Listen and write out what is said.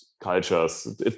cultures